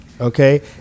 okay